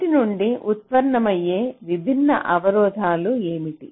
వీటి నుండి ఉత్పన్నమయ్యే విభిన్న అవరోధాలు ఏమిటి